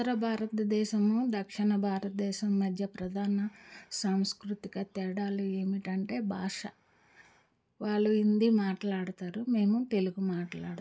ఉత్తర భారత దేశము దక్షిణ భారతదేశం మధ్యన ప్రధాన సాంస్కృతిక తేడాలు ఏమిటంటే భాష వాళ్ళు హిందీ మాట్లాడతారు మేము తెలుగు మాట్లాడతాం